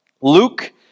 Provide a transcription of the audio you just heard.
Luke